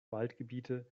waldgebiete